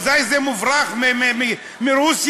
אולי זה מוברח מרוסיה,